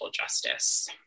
justice